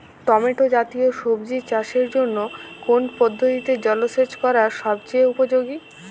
Tomato জাতীয় সবজি চাষের জন্য কোন পদ্ধতিতে জলসেচ করা সবচেয়ে উপযোগী?